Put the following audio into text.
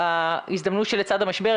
ההזדמנות שלצד המשבר.